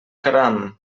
caram